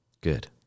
Good